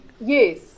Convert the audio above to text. Yes